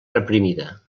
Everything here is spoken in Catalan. reprimida